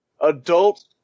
adult